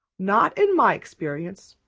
not in my experience,